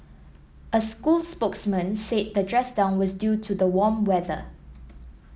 a school spokesman said the dress down was due to the warm weather